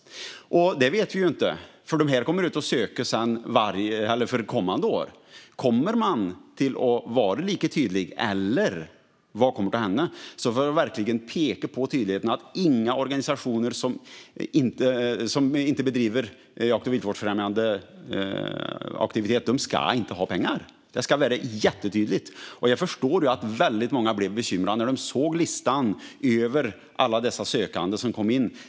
Men vi vet inte hur det blir. Organisationerna söker för kommande år. Kommer man att vara lika tydlig eller vad kommer att hända? För att verkligen vara tydlig: Organisationer som inte bedriver jakt och viltvårdsfrämjande aktivitet ska inte ha pengar. Det ska vara jättetydligt. Jag förstår att väldigt många blev bekymrade när de såg listan över alla de ansökningar som kom in.